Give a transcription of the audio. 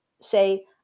Say